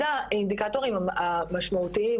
אחד האינדיקטורים המשמעותיים